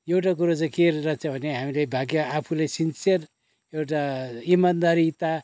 एउटा कुरो चाहिँ के रहेछ भने हामीले भाग्य आफुले सिन्सियर एउटा इमान्दारिता